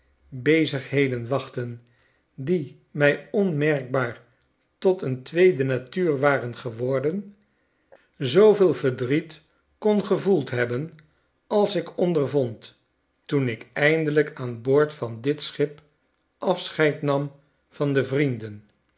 bezigheden wachtten die mij onmerkbaar tot een tweede natuur waren geworden zooveel verdriet kon gevoeld hebben als ik ondervond toen ik eindelijk aan boord van dit schip afscheid nam van de vrienden